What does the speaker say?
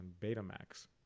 Betamax